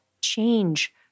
change